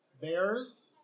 Bears